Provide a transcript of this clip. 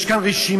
יש כאן רשימה,